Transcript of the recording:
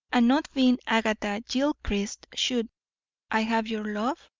and not being agatha gilchrist, should i have your love?